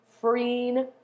freeing